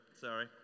Sorry